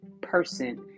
person